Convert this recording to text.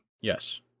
Yes